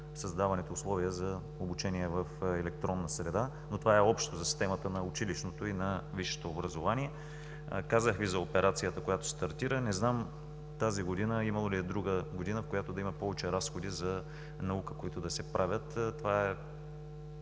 създаването на условия за обучение в електронна среда, но това е общо за системата на училищното и на висшето образование. Казах Ви за операцията, която стартира. Не знам имало ли е друга година, в която да има повече разходи за наука, които да се правят. Това е,